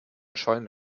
scheune